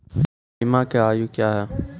बीमा के आयु क्या हैं?